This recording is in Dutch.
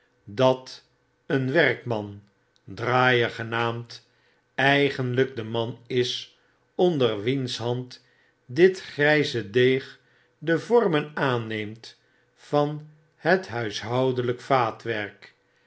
dat een werkman draaier genaamd eigenlyk de man is onder wiens hand dit gryze deeg de vormen aanneemt van het huishoudelijk vaatwerk